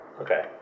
Okay